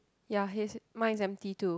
ya his mine is empty too